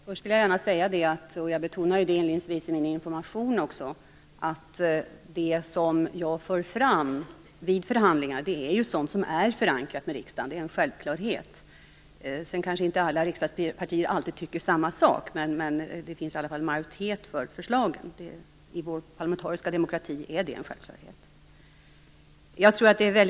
Herr talman! Först vill jag säga att det jag för fram vid förhandlingarna är förankrat i riksdagen. Det betonade jag i min information, och det är en självklarhet. Sedan tycker kanske inte alla riksdagspartier alltid samma sak, men det finns i alla fall en majoritet för förslagen, vilket är en självklarhet i vår parlamentariska demokrati.